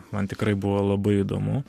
man tikrai buvo labai įdomu